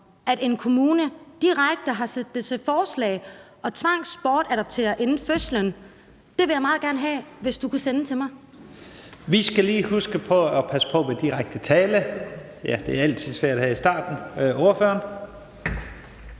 at en kommune direkte har sendt det til forslag at tvangsbortadoptere inden fødslen. Det vil jeg meget gerne have hvis du kunne sende til mig. Kl. 14:41 Første næstformand (Leif Lahn Jensen): Vi skal lige huske på at passe på med direkte tiltale. Ja, det er altid svært her i starten. Ordføreren.